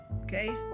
Okay